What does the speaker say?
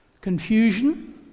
Confusion